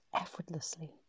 effortlessly